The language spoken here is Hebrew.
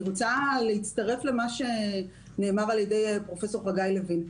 אני רוצה להצטרף למה שנאמר על ידי פרופסור חגי לוין.